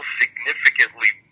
significantly